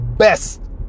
Best